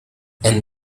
and